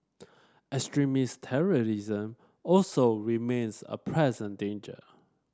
extremist terrorism also remains a present danger